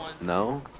No